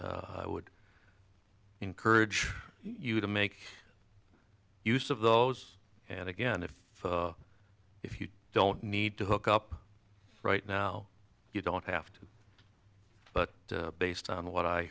i would encourage you to make use of those and again if if you don't need to hook up right now you don't have to but based on what i